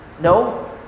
No